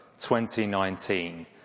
2019